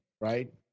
right